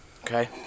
Okay